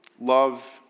love